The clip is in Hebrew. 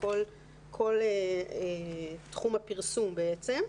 וכל תחום הפרסום בעצם.